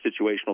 situational